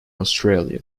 australia